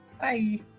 Bye